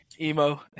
emo